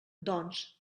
doncs